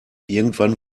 irgendwann